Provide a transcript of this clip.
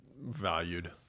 Valued